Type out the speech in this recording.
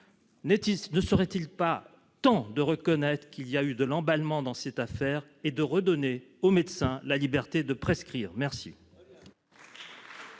ne serait-il pas temps de reconnaître qu'il y a eu de l'emballement dans cette affaire et de redonner aux médecins la liberté de prescrire ? Très